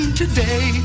today